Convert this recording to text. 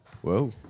Whoa